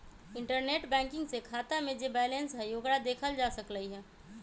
internet banking से खाता में जे बैलेंस हई ओकरा देखल जा सकलई ह